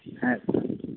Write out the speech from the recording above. ᱦᱮᱸ